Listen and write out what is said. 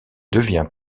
devient